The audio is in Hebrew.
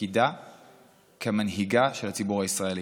לתפקידה כמנהיגה של הציבור הישראלי.